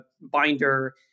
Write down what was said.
binder